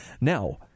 Now